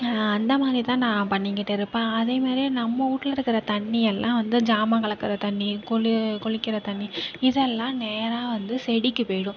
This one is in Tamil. அந்த மாதிரி தான் நான் பண்ணிக்கிட்டு இருப்பேன் அதேமாரி நம்ம வீட்ல இருக்கிற தண்ணியெல்லாம் வந்து ஜாமான் கலக்கிற தண்ணி குளி குளிக்கிற தண்ணி இதெல்லாம் நேராக வந்து செடிக்கு போய்டும்